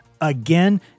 again